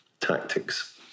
tactics